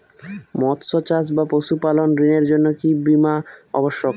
মৎস্য চাষ বা পশুপালন ঋণের জন্য কি বীমা অবশ্যক?